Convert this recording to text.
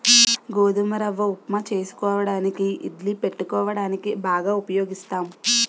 గోధుమ రవ్వ ఉప్మా చేసుకోవడానికి ఇడ్లీ పెట్టుకోవడానికి బాగా ఉపయోగిస్తాం